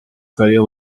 career